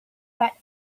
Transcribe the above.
but